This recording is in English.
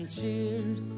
Cheers